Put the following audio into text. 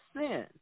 sin